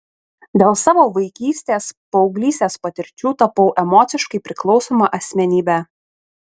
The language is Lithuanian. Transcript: dėl savo vaikystės paauglystės patirčių tapau emociškai priklausoma asmenybe